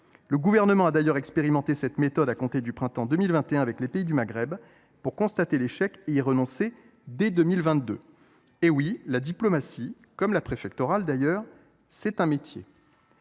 Le Gouvernement a d’ailleurs expérimenté cette méthode à compter du printemps 2021 avec les pays du Maghreb, pour constater son échec et y renoncer dès 2022. Eh oui, la diplomatie, comme la préfectorale d’ailleurs, c’est un métier